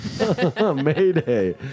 Mayday